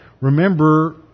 Remember